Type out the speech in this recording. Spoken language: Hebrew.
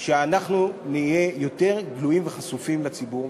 שאנחנו נהיה יותר גלויים וחשופים לציבור,